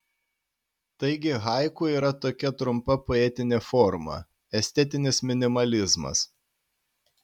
taigi haiku yra tokia trumpa poetinė forma estetinis minimalizmas